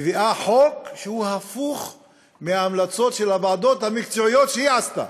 מביאה חוק שהוא הפוך מההמלצות של הוועדות המקצועיות שהיא הקימה.